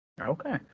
Okay